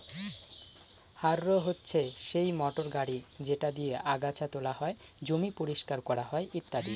harrow হচ্ছে সেই motor গাড়ি যেটা দিয়ে আগাচ্ছা তোলা হয়, জমি পরিষ্কার করা হয় ইত্যাদি